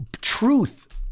truth